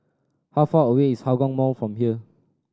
how far away is Hougang Mall from here